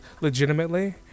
legitimately